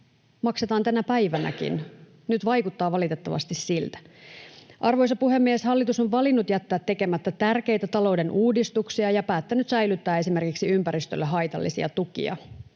maksetaan tänä päivänäkin, nyt vaikuttaa valitettavasti siltä. Arvoisa puhemies! Hallitus on valinnut jättää tekemättä tärkeitä talouden uudistuksia ja päättänyt säilyttää esimerkiksi ympäristölle haitallisia tukia.